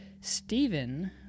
Stephen